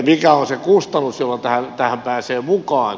mikä on se kustannus jolla tähän pääsee mukaan